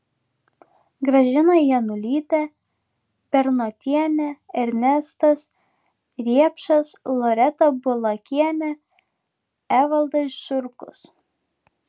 gražina janulytė bernotienė ernestas riepšas loreta bulakienė evaldas žurkus